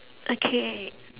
okay